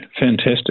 fantastic